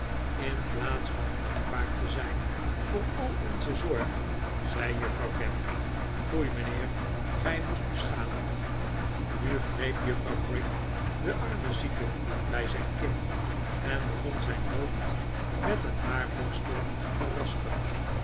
in plaats van dankbaar te zijn voor al onze zorg zei juffrouw gamp foei mijnheer gij moest u schamen nu greep juffrouw prig den armen zieke bij zijn kin en begon zijn hoofd met een haarborstel te